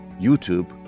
YouTube